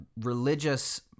religious